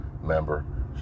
member